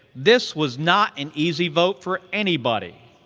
this was not an easy vote for anybody,